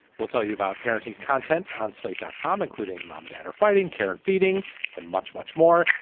we'll tell you about parenting content on slate dot com, including mom, dad, her fighting care and feeding and much, much more.